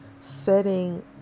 Setting